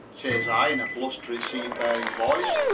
says i in a blustery, seafaring voice,